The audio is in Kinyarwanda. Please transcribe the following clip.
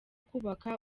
kubaka